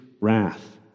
wrath